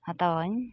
ᱦᱟᱛᱟᱣᱟᱹᱧ